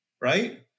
right